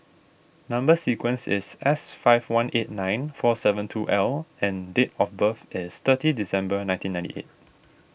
Number Sequence is S five one eight nine four seven two L and date of birth is thirty December nineteen ninety eight